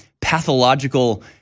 pathological